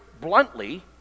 bluntly